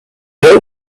helped